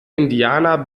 indianer